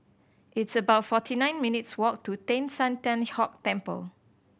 it's about forty nine minutes' walk to Teng San Tian Hock Temple